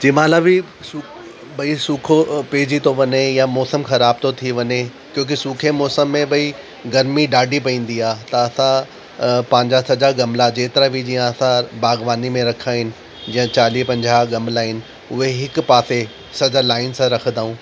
जंहिं महिल बि भाई सुको पइजी थो वञे या मौसम ख़राबु थो थी वञे क्योकि सुके मौसम में भाई गर्मी ॾाढी पवंदी आहे त असां पंहिंजा सॼा ग़मला जेतिरा बि जीअं असां बाग़बानी में रखिया आहिनि जीअं चालीह पंजाह ग़मला आहिनि उहे हिकु पासे सॼा लाइन सां रखंदा ऐं